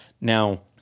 Now